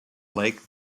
lake